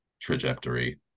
trajectory